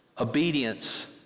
obedience